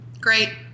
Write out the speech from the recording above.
Great